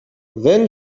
then